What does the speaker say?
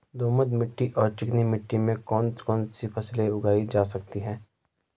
दोमट मिट्टी और चिकनी मिट्टी में कौन कौन सी फसलें उगाई जा सकती हैं?